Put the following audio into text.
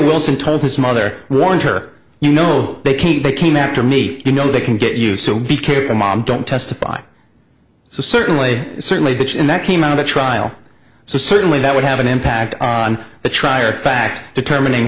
wilson told his mother warned her you know they came they came after me you know they can get you so be careful mom don't testify so certainly certainly bitchin that came out of the trial so certainly that would have an impact on the trier of fact determining